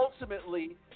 ultimately